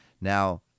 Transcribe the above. Now